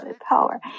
power